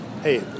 hey